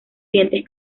dientes